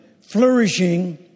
flourishing